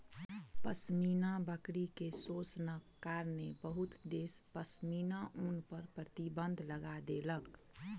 पश्मीना बकरी के शोषणक कारणेँ बहुत देश पश्मीना ऊन पर प्रतिबन्ध लगा देलक